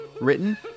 written